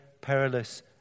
perilous